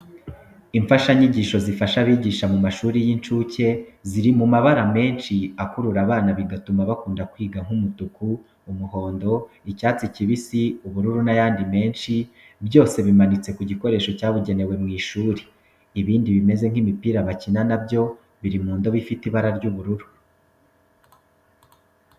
Imfashanyigisho zifasha abigisha mu mashuri y'incuke, ziri mu mabara menshi akurura abana bigatuma bakunda kwiga nk'umutuku, umuhondo, icyatsi kibisi, ubururu n'ayandi menshi byose bimanitse ku gikoresho cyabugenewe mu ishuri. Ibindi bimeze nk'imipira bakina na byo biri mu ndobo ifite ibara ry'ubururu.